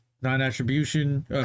non-attribution